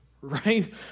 right